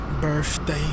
Birthday